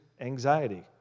anxiety